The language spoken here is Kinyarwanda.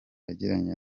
yagiranye